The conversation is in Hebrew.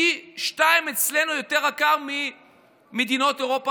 אצלנו פי שניים יותר מבמדינות אירופה,